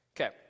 Okay